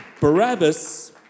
Barabbas